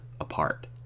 apart